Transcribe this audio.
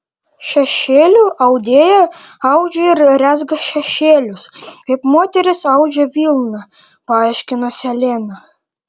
šešėlių audėja audžia ir rezga šešėlius kaip moterys audžia vilną paaiškino seleną